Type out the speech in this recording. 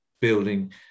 building